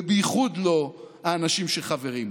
ובייחוד לא האנשים שחברים בה.